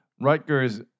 Rutgers